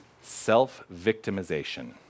self-victimization